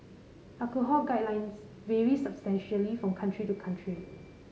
alcohol guidelines vary substantially from country to country